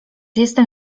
jestem